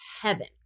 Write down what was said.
heaven